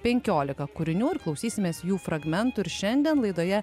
penkiolika kūrinių ir klausysimės jų fragmentų ir šiandien laidoje